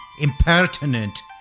impertinent